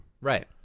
right